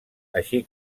així